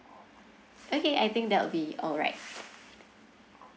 okay I think that will be alright